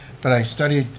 but i studied